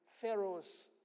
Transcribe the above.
Pharaoh's